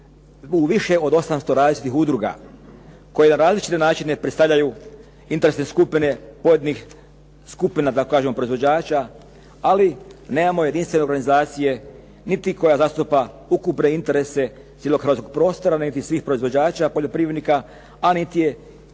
u više od 800 različitih udruga koje na različite načine predstavljaju interesne skupine pojedinih skupina, da tako kažemo proizvođača ali nemamo jedinstvene organizacije niti koja zastupa ukupne interese cijelog hrvatskog prostora, …/Govornik se ne razumije./… svih proizvođača poljoprivrednika a niti je